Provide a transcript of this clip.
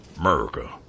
America